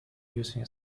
using